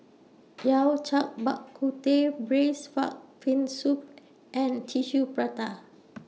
Yao Cai Bak Kut Teh Braised Far Fin Soup and Tissue Prata